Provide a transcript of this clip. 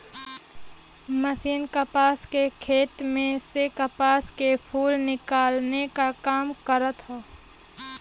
machine कपास के खेत में से कपास के फूल निकाले क काम करत हौ